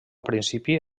principi